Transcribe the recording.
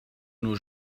nos